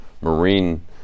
Marine